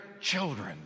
children